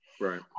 Right